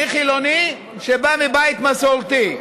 אני חילוני שבא מבית מסורתי.